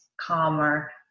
Calmer